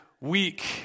weak